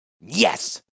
Yes